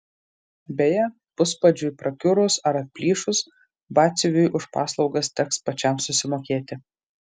beje puspadžiui prakiurus ar atplyšus batsiuviui už paslaugas teks pačiam susimokėti